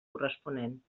corresponent